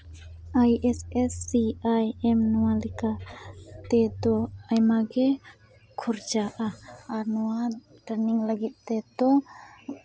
I S S C I M ᱱᱚᱣᱟ ᱞᱮᱠᱟ ᱛᱮᱫᱚ ᱟᱭᱢᱟᱜᱮ ᱠᱷᱚᱨᱪᱟᱜᱼᱟ ᱟᱨ ᱱᱚᱣᱟ ᱴᱨᱮᱱᱤᱝ ᱞᱟᱹᱜᱤᱫ ᱛᱮᱫᱚ